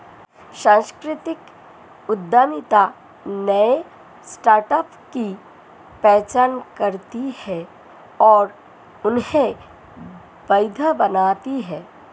सांस्कृतिक उद्यमिता नए स्टार्टअप की पहचान करती है और उन्हें वैध बनाती है